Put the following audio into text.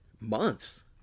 months